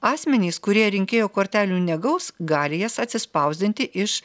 asmenys kurie rinkėjo kortelių negaus gali jas atsispausdinti iš